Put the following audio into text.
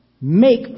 make